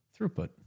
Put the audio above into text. Throughput